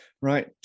right